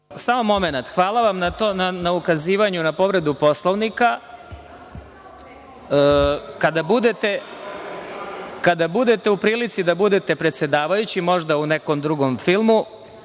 Marinković** Hvala vam na ukazivanju na povredu Poslovnika. Kada budete u prilici da budete predsedavajući, možda u nekom drugom filmu,